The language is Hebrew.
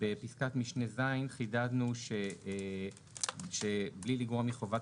בפסקת משנה (ז) חידדנו שבלי לגרוע מחובת